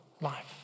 life